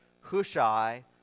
Hushai